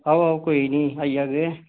आओ आओ कोई नी आई जाह्गे